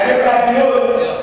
האמת שהדיון,